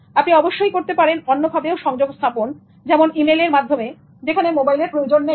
আপনি অবশ্যই করতে পারেন অন্যভাবেও সংযোগস্থাপন যেমন ইমেইলের মাধ্যমে যেখানে মোবাইলের প্রয়োজন নেই